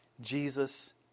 Jesus